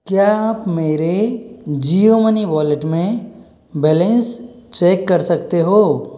क्या आप मेरे जियो मनी वॉलेट में बैलेंस चेक कर सकते हो